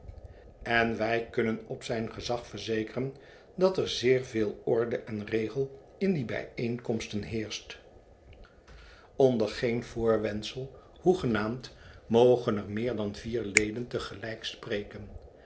en wij kunnen op zijn gezag verzekeren dat er zeer veel orde en regel in die bijeenkomsten heerscht onder geen voorwendsel hoegenaamd mo en er meer dan vier leden te gelijk spreken